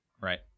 right